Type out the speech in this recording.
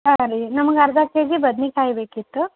ಹಾಂ ರೀ ನಮ್ಗೆ ಅರ್ಧ ಕೆ ಜಿ ಬದನೇಕಾಯಿ ಬೇಕಿತ್ತು